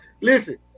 Listen